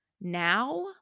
Now –